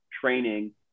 training